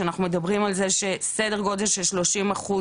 שאנחנו מדברים על זה שסדר גודל של 30 אחוז